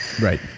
right